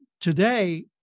today